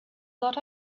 got